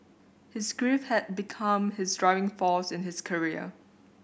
his grief had become his driving force in his career